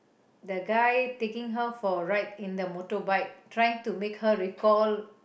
the guy taking her for a ride in the motorbike trying to make her recall